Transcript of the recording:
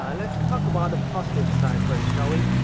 let's talk about the positive side first shall we?